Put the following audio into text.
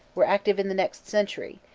were active in the next century,